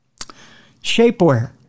Shapewear